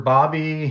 Bobby